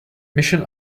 mission